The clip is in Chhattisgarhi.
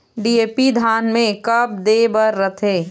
डी.ए.पी धान मे कब दे बर रथे?